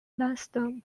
lansdowne